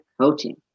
Coaching